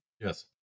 Yes